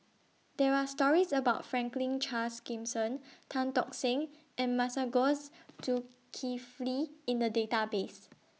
There Are stories about Franklin Charles Gimson Tan Tock Seng and Masagos Zulkifli in The Database